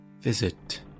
visit